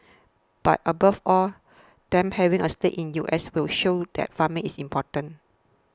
but above all them having a stake in U S will show that farming is important